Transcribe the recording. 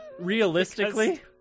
Realistically